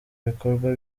ibikorwa